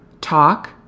Talk